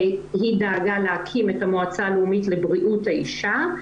והיא דאגה להקים את המועצה הלאומית לבריאות האישה,